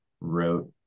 wrote